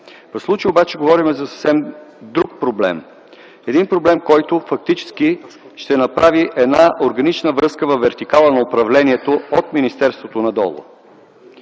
В случая обаче говорим за съвсем друг проблем. Един проблем, който фактически ще направи една органична връзка във вертикала на управлението от министерството надолу.